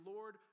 Lord